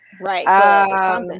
Right